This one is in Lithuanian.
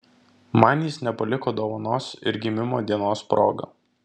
man jis nepaliko dovanos ir gimimo dienos proga